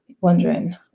wondering